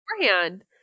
beforehand